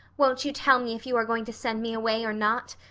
won't you tell me if you are going to send me away or not?